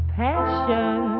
passion